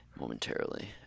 momentarily